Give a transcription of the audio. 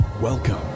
Welcome